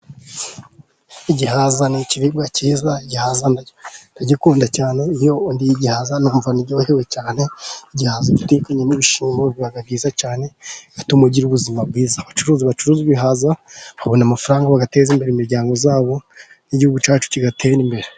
Igihaza ni ikiribwa cyiza igihaza, ndagikunda cyane, iyo ndiye igihaza numva ndyohewe cyane igihaza iyo ugitekanye n'ibishyimo biba byiza cyane bituma ugira ubuzima bwiza. Abacuruzi bacuruza ibihaza babona amafaranga, bagateza imbere imiryango yabo n' igihugu cyacu kigatera imbere.